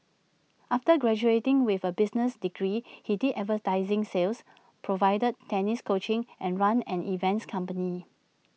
after graduating with A business degree he did advertising sales provided tennis coaching and ran an events company